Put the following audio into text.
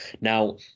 Now